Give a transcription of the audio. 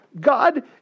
God